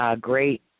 great